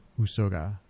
Usoga